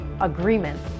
agreements